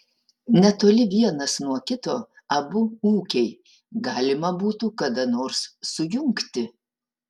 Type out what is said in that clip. netoli vienas nuo kito abu ūkiai galima būtų kada nors sujungti